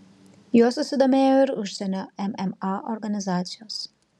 juo susidomėjo ir užsienio mma organizacijos